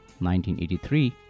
1983